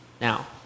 Now